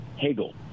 Hegel